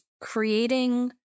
creating